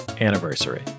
anniversary